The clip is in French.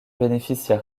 bénéficia